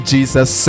Jesus